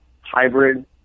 Hybrid